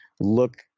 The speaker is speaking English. look